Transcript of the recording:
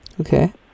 Okay